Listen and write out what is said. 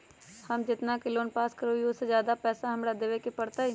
हम जितना के लोन पास कर बाबई ओ से ज्यादा पैसा हमरा देवे के पड़तई?